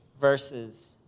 verses